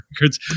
records